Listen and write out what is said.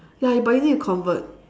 ya but you need to convert